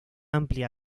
amplia